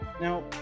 Now